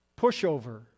pushover